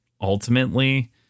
ultimately